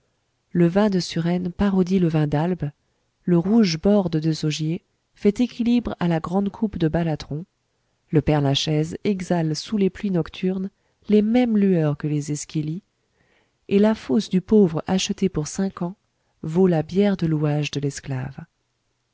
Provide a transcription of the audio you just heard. le vin de suresnes parodie le vin d'albe le rouge bord de desaugiers fait équilibre à la grande coupe de balatron le père-lachaise exhale sous les pluies nocturnes les mêmes lueurs que les esquilies et la fosse du pauvre achetée pour cinq ans vaut la bière de louage de l'esclave